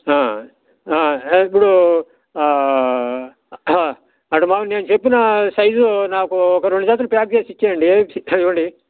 ఇపుడు అటుమాను నేను చెప్పిన సైజు నాకు ఒక రెండు జతలు ప్యాక్ చేసి ఇచ్చేయండి ఇవ్వండి